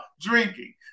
drinking